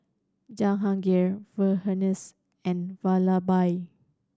Jahangir Verghese and Vallabhbhai